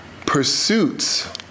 Pursuits